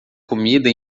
comida